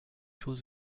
chose